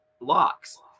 locks